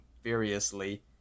furiously